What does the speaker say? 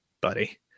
buddy